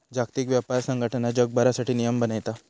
जागतिक व्यापार संघटना जगभरासाठी नियम बनयता